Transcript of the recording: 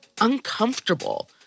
uncomfortable